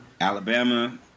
Alabama